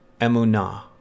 Emunah